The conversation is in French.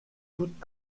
toute